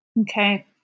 Okay